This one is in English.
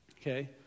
okay